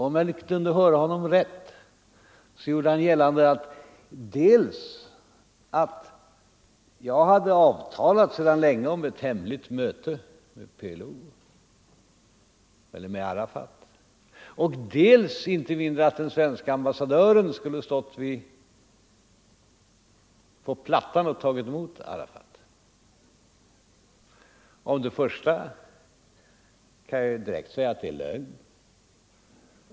Om jag hörde honom rätt gjorde han gällande dels att jag sedan länge hade avtalat om ett hemligt möte med PLO eller med Arafat, dels inget mindre än att den svenske ambassadören skulle ha stått på plattan och tagit emot Arafat. Om det första kan jag direkt säga att det är lögn.